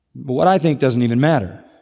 what i think doesn't even matter.